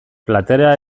platera